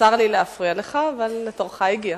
צר לי להפריע לך, אבל תורך הגיע.